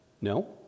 No